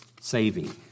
saving